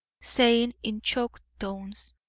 saying in choked tones